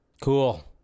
Cool